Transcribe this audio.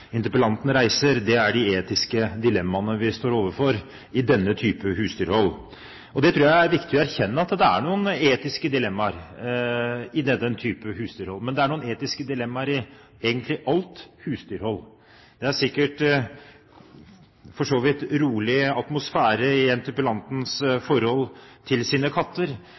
interpellanten tar opp, og det er de etiske dilemmaene vi står overfor i denne type husdyrhold. Jeg tror det er viktig å erkjenne at det er noen etiske dilemmaer i denne type husdyrhold. Men det er egentlig noen etiske dilemmaer i alt husdyrhold. Det er sikkert en rolig atmosfære hos interpellanten og hennes katter, men hvis vi går til